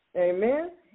Amen